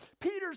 Peter's